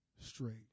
straight